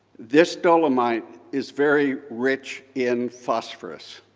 this dolomite is very rich in phosphorus.